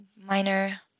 minor